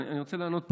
אני רוצה לענות פה.